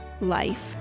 life